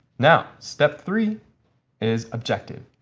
now, step three is objective.